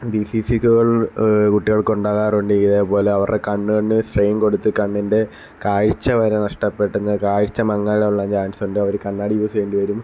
ഡിസീസുകള് കുട്ടികള്ക്ക് ഉണ്ടാകാറുണ്ട് ഇതേപോലെ അവരുടെ കണ്ണിനു സ്ട്രെയിന് കൊടുത്ത് കണ്ണിന്റെ കാഴ്ച വരെ നഷ്ടപ്പെട്ടു കാഴ്ച മങ്ങാനുള്ള ചാന്സ് ഉണ്ട് അവർ കണ്ണാടി യൂസ് ചെയ്യേണ്ടി വരും